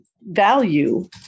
value